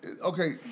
Okay